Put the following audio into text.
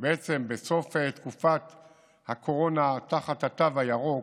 בעצם בסוף תקופת הקורונה, תחת התו הירוק,